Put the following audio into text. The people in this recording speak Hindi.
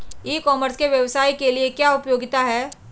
ई कॉमर्स के व्यवसाय के लिए क्या उपयोगिता है?